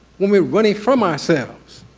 when we're running from ourselves.